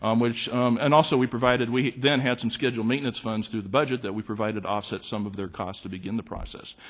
um which and also we provided we then had some scheduled maintenance funds through the budget that we provided to offset some of their costs to begin the process.